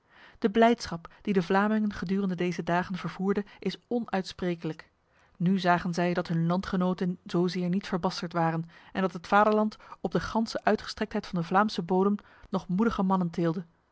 de blijdschap die de vlamingen gedurende deze dagen vervoerde is onuitsprekelijk nu zagen zij dat hun landgenoten zozeer niet verbasterd waren en dat het vaderland op de ganse uitgestrektheid van de vlaamse bodem nog moedige